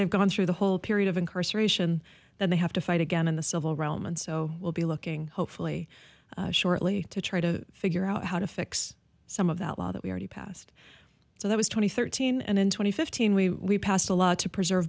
they've gone through the whole period of incarceration that they have to fight again in the civil realm and so we'll be looking hopefully shortly to try to figure out how to fix some of that law that we already passed so that was twenty thirteen and in twenty fifteen we passed a law to preserve